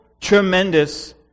tremendous